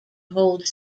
hold